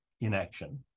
inaction